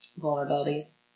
vulnerabilities